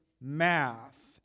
math